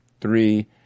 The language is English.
three